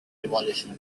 revolution